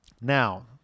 Now